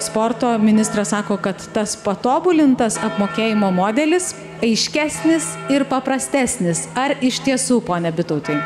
sporto ministras sako kad tas patobulintas apmokėjimo modelis aiškesnis ir paprastesnis ar iš tiesų pone bitautai